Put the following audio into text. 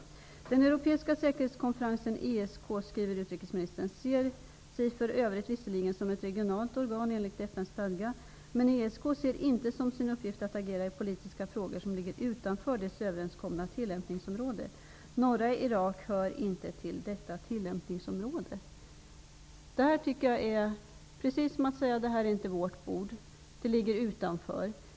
Utrikesministern skriver: ''Den europeiska säkerhetskonferensen, ESK, ser sig för övrigt visserligen som ett regionalt organ enligt FN:s stadga, men ESK ser inte som sin uppgift att agera i politiska frågor som ligger utanför dess överenskomna tillämpningsområde. Norra Irak hör inte till detta tillämpningsområde.'' Det är detsamma som att säga att det inte är vårt bord utan att det ligger utanför.